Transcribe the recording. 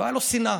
לא הייתה שנאה.